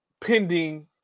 pending